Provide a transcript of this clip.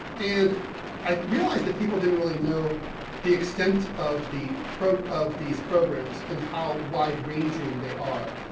and i realized that people didn't really know the extent of the pro, of these programs, and how wide ranging they are.